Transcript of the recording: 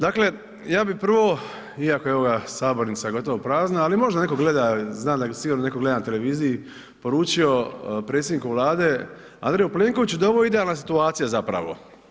Dakle, ja bi prvo, iako je ova sabornica gotovo prazna, ali možda neko gleda, znam da sigurno neko gleda na televiziji, poručio predsjedniku Vlade Andreju Plenkoviću da je ovo idealna situacija zapravo.